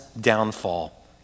downfall